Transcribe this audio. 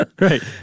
right